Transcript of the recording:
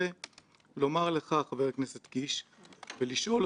המשימה שלי כנציג ציבור היא להגיד: חבר'ה,